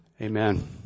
Amen